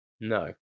No